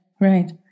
right